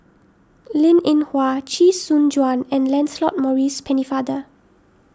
Linn in Hua Chee Soon Juan and Lancelot Maurice Pennefather